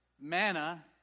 manna